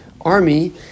army